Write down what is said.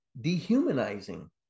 dehumanizing